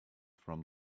from